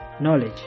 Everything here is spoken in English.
knowledge